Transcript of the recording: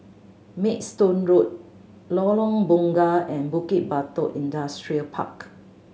Maidstone Road Lorong Bunga and Bukit Batok Industrial Park